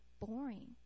boring